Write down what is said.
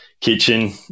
kitchen